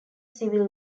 civil